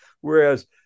whereas